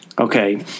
okay